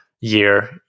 year